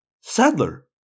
Sadler